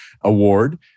Award